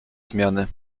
zmiany